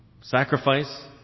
sacrifice